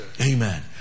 Amen